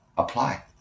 apply